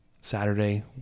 Saturday